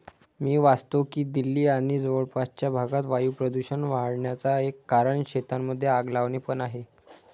मी वाचतो की दिल्ली आणि जवळपासच्या भागात वायू प्रदूषण वाढन्याचा एक कारण शेतांमध्ये आग लावणे पण आहे